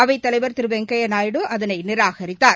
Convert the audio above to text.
அவைத்தலைவர் திருவெங்கையாநாயுடு அதனைநிராகரித்தார்